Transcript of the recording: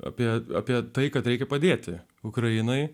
apie apie tai kad reikia padėti ukrainai